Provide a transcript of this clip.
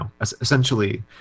essentially